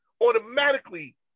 automatically